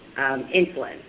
insulin